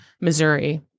Missouri